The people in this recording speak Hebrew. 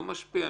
לא משפיע,